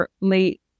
late